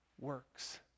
works